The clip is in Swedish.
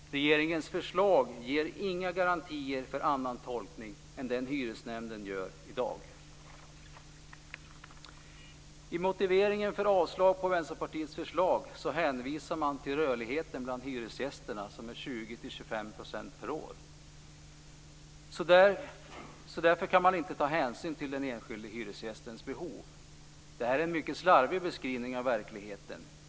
Regeringens förslag ger inga garantier för en annan tolkning än den som hyresnämnderna gör i dag. I motiveringen för avslag på Vänsterpartiets förslag hänvisar man till rörligheten bland hyresgästerna som är 20-25 % per år. Därför kan man inte hänsyn till den enskilde hyresgästens behov. Det är en mycket slarvig beskrivning av verkligheten.